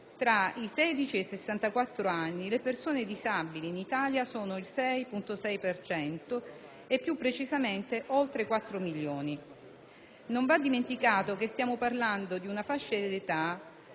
tra i 16 e 64 anni le persone disabili in Italia sono il 6,6 per cento e più precisamente oltre 4 milioni. Non va dimenticato che stiamo parlando di una fascia in età